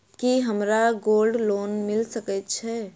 की हमरा gold loan मिल सकैत ये?